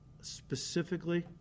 specifically